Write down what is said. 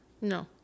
no